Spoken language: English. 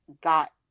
got